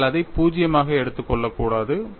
நீங்கள் அதை 0 ஆக எடுத்துக் கொள்ளக்கூடாது